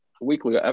weekly